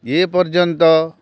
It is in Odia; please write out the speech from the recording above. ଏପର୍ଯ୍ୟନ୍ତ